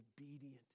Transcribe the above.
obedient